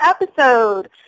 episode